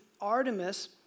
Artemis